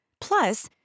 Plus